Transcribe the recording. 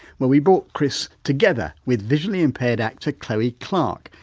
well we brought chris together with visually impaired actor chloe clarke,